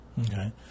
Okay